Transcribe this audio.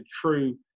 true